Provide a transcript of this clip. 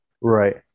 Right